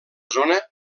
zona